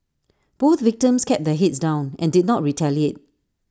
both victims kept their heads down and did not retaliate